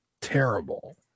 terrible